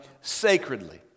sacredly